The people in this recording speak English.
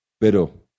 pero